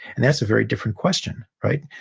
and that's a very different question, right?